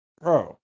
bro